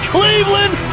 Cleveland